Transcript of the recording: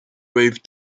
rave